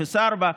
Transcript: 0.4%,